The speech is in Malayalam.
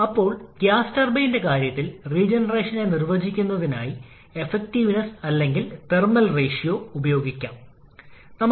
എന്നാൽ ഈ പ്രശ്നത്തിൽ ഇതിന്റെ എക്സ്പ്രഷനോ മാഗ്നിറ്റ്യൂഡോ നൽകാത്തതിനാൽ താപ ദക്ഷത ലഭിക്കുന്ന അവസ്ഥയിലല്ല നമ്മൾ